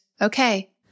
Okay